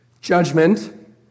judgment